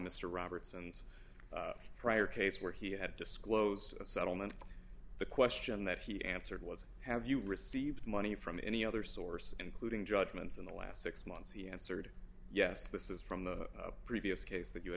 mr robertson's prior case where he had disclosed a settlement the question that he answered was have you received money from any other source including judgments in the last six months he answered yes this is from the previous case that you